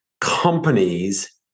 companies